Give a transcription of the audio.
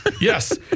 Yes